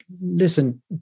listen